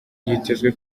byitezwe